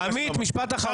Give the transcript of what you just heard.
עמית, משפט אחרון.